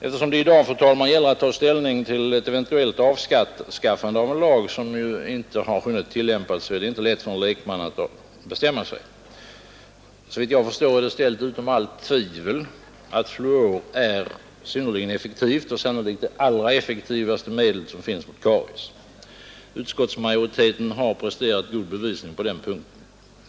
Eftersom det i dag, fru talman, gäller att ta ställning till ett eventuellt avskaffande av en lag som inte har hunnit tillämpas, är det inte lätt för en lekman att bestämma sig. Såvitt jag förstår är det ställt utom allt tvivel att fluor är synnerligen effektivt och sannolikt det allra effektivaste medel som finns emot karies. Utskottsmajoriteten har presterat god bevisning på den punkten.